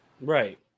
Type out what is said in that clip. Right